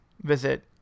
visit